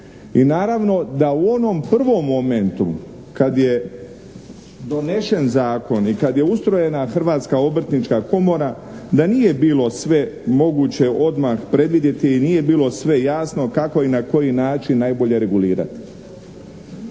i naravno da u onom prvom momentu kad je donesen zakon i kad je ustrojena Hrvatska obrtnička komora da nije bilo sve moguće odmah predvidjeti i nije bilo sve jasno kako i na koji način najbolje regulirati.